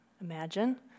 imagine